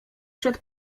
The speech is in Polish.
przed